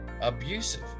abusive